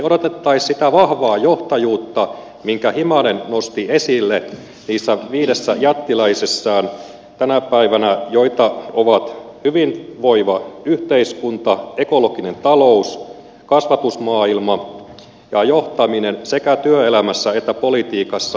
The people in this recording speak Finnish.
me odottaisimme sitä vahvaa johtajuutta minkä himanen nosti esille tänä päivänä niissä viidessä jättiläisessään joita ovat hyvinvoiva yhteiskunta ekologinen talous kasvatusmaailma ja johtaminen sekä työelämässä että politiikassa